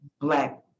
Black